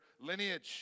lineage